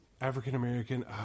african-american